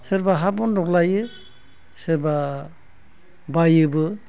सोरबा हा बन्द'ग लायो सोरबा बायोबो